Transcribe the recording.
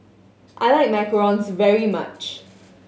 I like macarons very much